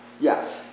Yes